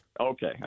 Okay